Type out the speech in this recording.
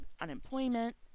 unemployment